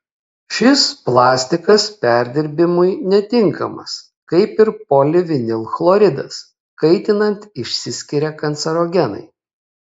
šis plastikas perdirbimui netinkamas kaip ir polivinilchloridas kaitinant išsiskiria kancerogenai